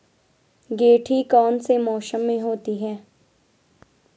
गेंठी कौन से मौसम में होती है?